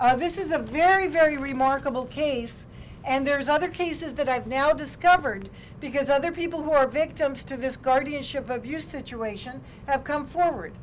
this is a very very remarkable case and there's other cases that i've now discovered because other people who are victims to this guardianship abuse situation have come forward